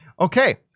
Okay